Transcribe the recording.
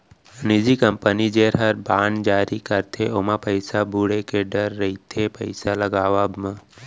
निजी कंपनी जेन हर बांड जारी करथे ओमा पइसा बुड़े के डर रइथे पइसा लगावब म